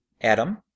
adam